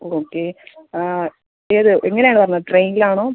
okay ആ ഏത് എങ്ങനെ ആണ് വരുന്നത് ട്രെയിനിലാണോ